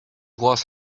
was